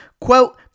Quote